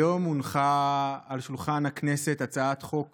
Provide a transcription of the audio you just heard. היום הונחה על שולחן הכנסת הצעת חוק